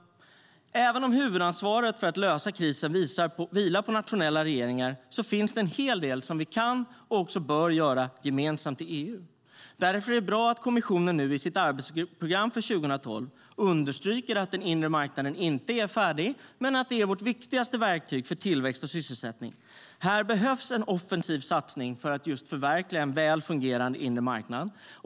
Även om huvudansvaret för att lösa krisen vilar på nationella regeringar finns det också en hel del som vi kan och bör göra gemensamt i EU. Därför är det bra att kommissionen i sitt arbetsprogram för 2012 understryker att den inre marknaden inte är färdig men att den är vårt viktigaste verktyg för tillväxt och sysselsättning. Här behövs en offensiv satsning för att förverkliga en väl fungerande inre marknad.